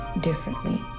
differently